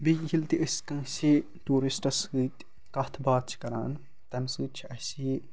بیٚیہِ ییٚلہِ تہِ أسۍ کٲنسہِ ٹوٗرِسٹَس سۭتۍ کَتھ باتھ چھِ کران تَمۍ سۭتۍ چھِ اَسہِ یہِ